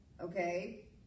Okay